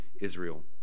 Israel